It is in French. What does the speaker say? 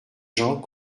gens